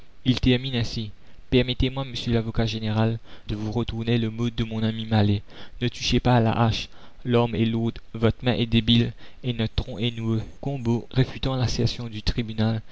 il termine ainsi permettez-moi monsieur l'avocat général de vous retourner le mot de mon ami mallet ne touchez pas à la hache l'arme est lourde votre main est débile et notre tronc est noueux la commune combault réfutant l'assertion du tribunal